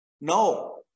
No